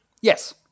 yes